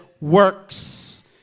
works